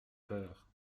peur